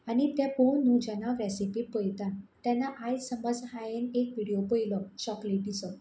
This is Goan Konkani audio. आनी ते पळोवन न्हू जेन्ना हांव रॅसिपी पळयतां तेन्ना आयज समज हांवें एक विडयो पळयलो चॉकलेटीचो